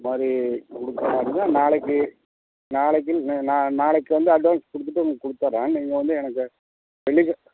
இது மாதிரி கொடுக்கற மாதிரி இருந்தால் நாளைக்கு நாளைக்கு நான் நாளைக்கு வந்து அட்வான்ஸ் கொடுத்துட்டு உங்களுக்கு கொடுத்தர்றேன் நீங்கள் வந்து எனக்கு வெள்ளிக்கெ